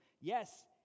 yes